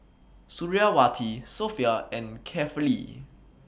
Suriawati Sofea and Kefli